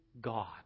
God